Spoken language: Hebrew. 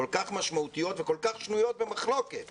כל כך משמעותיות וכל כך שנויות במחלוקת